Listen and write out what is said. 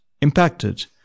impacted